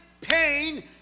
pain